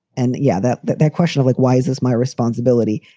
and yeah, that that that question of like, why is this my responsibility?